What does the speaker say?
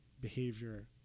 behavior